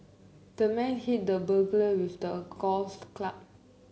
the man hit the burglar with a golf club